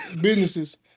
businesses